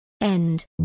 End